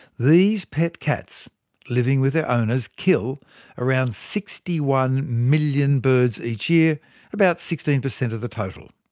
these pet cats living with their owners kill around sixty one million birds each year about sixteen percent of the total.